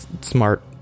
smart